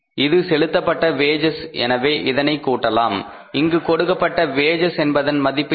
இது செலுத்தப்பட்ட வேஜஸ் எனவே அதனை கூட்டலாம் இங்கு கொடுக்கப்பட்ட வேஜஸ் என்பதன் மதிப்பு என்ன